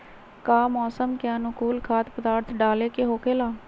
का मौसम के अनुकूल खाद्य पदार्थ डाले के होखेला?